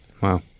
Wow